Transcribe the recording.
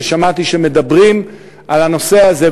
ששמעתי שמדברים על הנושא הזה.